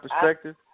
perspective